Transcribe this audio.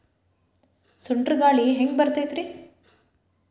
ಸುಂಟರ್ ಗಾಳಿ ಹ್ಯಾಂಗ್ ಬರ್ತೈತ್ರಿ?